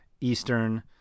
Eastern